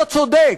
לא צודק,